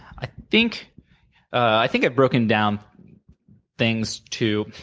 i think i think i've broken down things, too.